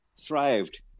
thrived